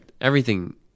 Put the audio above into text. Everything-